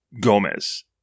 Gomez